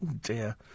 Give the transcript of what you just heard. dear